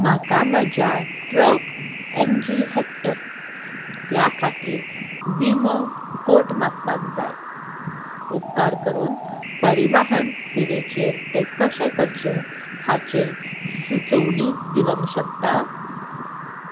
म्हाका म्हज्या truck M G Hector ह्या खातीर विमो कोट मागपाक जाय उपकार करून परिवाहन सेवेचेर तें कशें करचें हाचेर सुचोवणी दिवंक शकता